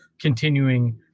continuing